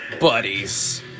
buddies